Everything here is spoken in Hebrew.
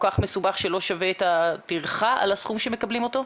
מסובך שלא שווה את הטרחה על הסכום שמקבלים אותו?